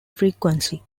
frequency